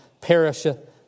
perisheth